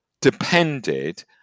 depended